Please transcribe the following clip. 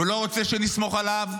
הוא לא רוצה שנסמוך עליו.